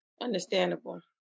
Understandable